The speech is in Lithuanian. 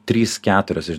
trys keturios iš